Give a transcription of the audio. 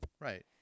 Right